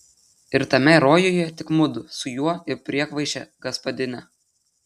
ir tame rojuje tik mudu su juo ir priekvaišė gaspadinė